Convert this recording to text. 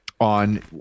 on